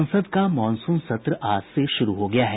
संसद का मॉनसून सत्र आज से शुरू हो गया है